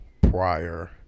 prior